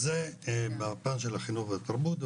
זה מהפן של החינוך והתרבות.